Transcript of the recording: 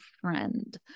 friend